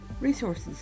Resources